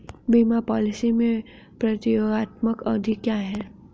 बीमा पॉलिसी में प्रतियोगात्मक अवधि क्या है?